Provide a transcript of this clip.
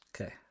Okay